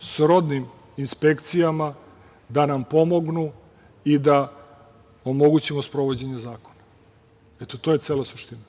srodnim inspekcijama da nam pomognu i da omogućimo sprovođenje zakona. To je cela suština.